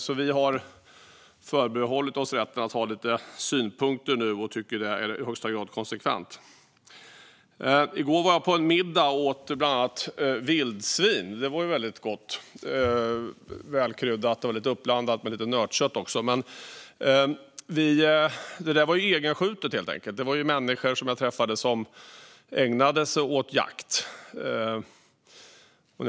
Vi har därför förbehållit oss rätten att nu ha lite synpunkter och tycker att det är i högsta grad konsekvent. I går var jag på en middag och åt bland annat vildsvin. Det var väldigt gott. Det var välkryddat och uppblandat med lite nötkött. Detta kött var egenskjutet. Människorna som jag träffade ägnar sig åt jakt.